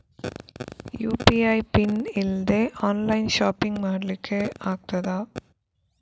UPI PIN ಇಲ್ದೆ online shopping ಮಾಡ್ಲಿಕ್ಕೆ ಆಗ್ತದಾ?